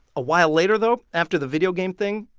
a while later though, after the video game thing,